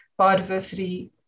biodiversity